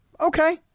Okay